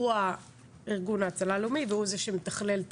הוא ארגון ההצלה הלאומי והוא זה שמתכלל את